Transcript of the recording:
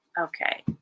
Okay